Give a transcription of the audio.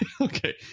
okay